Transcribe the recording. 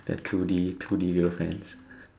the two-D two-D girlfriends